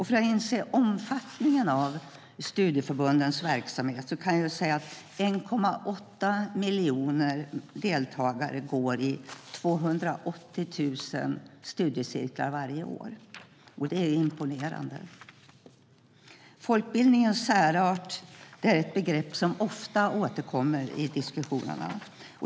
För att inse omfattningen av studieförbundens verksamhet kan jag nämna att 1,8 miljoner deltagare går i 280 000 studiecirklar varje år. Det är imponerande. Folkbildningens särart är ett begrepp som ofta återkommer i diskussionerna.